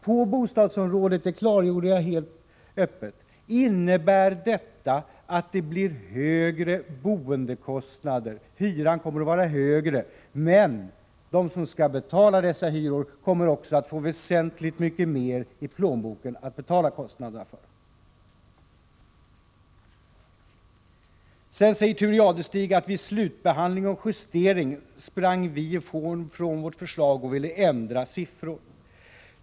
På bostadsområdet — det klargjorde jag helt öppet — blir det högre boendekostnader, hyran kommer att vara högre, men de som skall betala denna hyra kommer också att få väsentligt mycket mer i plånboken att betala med. Vidare säger Thure Jadestig att vi vid slutbehandlingen och justeringen av betänkandet frångick vårt förslag och ville ändra siffror.